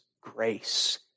grace